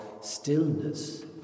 stillness